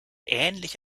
ähnlich